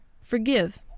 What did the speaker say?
forgive